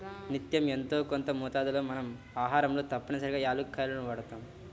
నిత్యం యెంతో కొంత మోతాదులో మన ఆహారంలో తప్పనిసరిగా యాలుక్కాయాలను వాడతాం